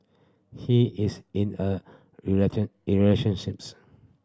he is in a relationships